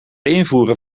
invoeren